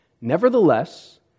Nevertheless